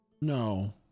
No